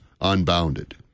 unbounded